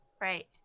Right